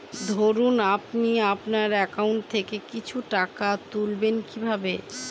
ধরুন আপনি আপনার একাউন্ট থেকে কিছু টাকা তুলবেন কিভাবে?